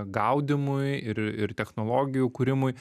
gaudymui ir ir technologijų kūrimui